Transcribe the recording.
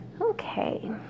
Okay